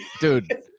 dude